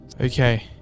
Okay